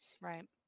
right